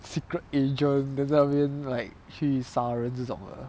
secret agent then 在那边 like 去杀人这种的